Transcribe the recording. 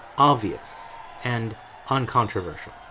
obvious and uncontroversial.